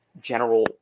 general